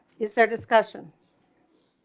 is there discussion